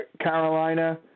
Carolina